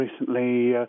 recently